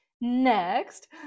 Next